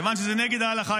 כיוון שזה נגד ההלכה,